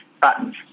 buttons